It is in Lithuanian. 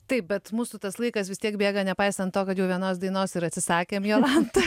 taip bet mūsų tas laikas vis tiek bėga nepaisant to kad jau vienos dainos ir atsisakėm jolanta